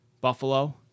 Buffalo